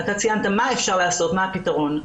אתה ציינת מה אפשר לעשות ומה הפתרון.